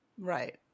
Right